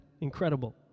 Incredible